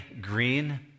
Green